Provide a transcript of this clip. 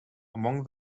among